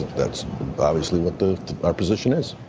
that's obviously what our position is.